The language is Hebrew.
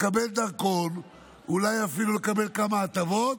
לקבל דרכון ואולי אפילו לקבל כמה הטבות